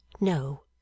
No